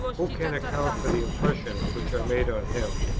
who can account for the impressions which are made on him?